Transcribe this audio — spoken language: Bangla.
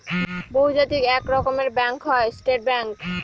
বহুজাতিক এক রকমের ব্যাঙ্ক হয় স্টেট ব্যাঙ্ক